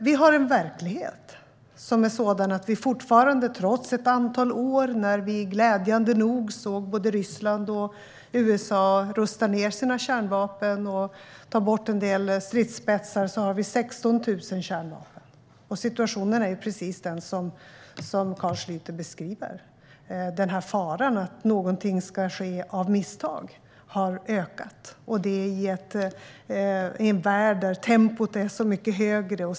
Trots att vi under ett antal år glädjande nog såg att både Ryssland och USA rustade ned sina kärnvapen och tog bort en del av sina stridsspetsar har vi nu en verklighet med 16 000 kärnvapen. Situationen är precis sådan som Carl Schlyter beskriver. Faran att någonting ska ske av misstag har ökat. Och det sker i en värld där tempot är mycket högre.